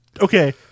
okay